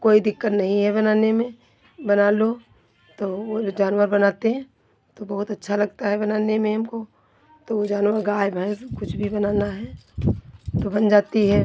कोई दिक्कत नहीं है बनाने में बना लो तो वो जो जानवर बनाते हैं तो बहुत अच्छा लगता है बनाने में हमको तो जानवर गाय भैंस कुछ भी बनाना है तो बन जाती है